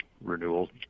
renewal